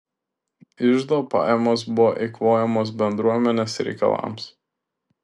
iždo pajamos buvo eikvojamos bendruomenės reikalams